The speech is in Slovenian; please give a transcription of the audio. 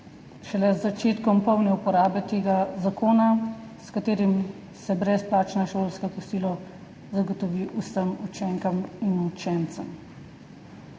šele z začetkom polne uporabe tega zakona, s katerim se brezplačno šolsko kosilo zagotovi vsem učenkam in učencem.